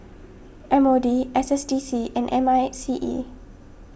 M O D S S D C and M I C E